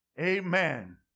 Amen